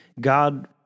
God